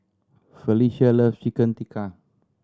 Felice loves Chicken Tikka